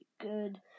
good